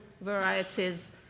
varieties